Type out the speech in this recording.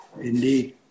indeed